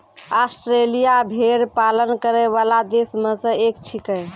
Australia भेड़ पालन करै वाला देश म सें एक छिकै